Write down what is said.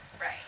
Right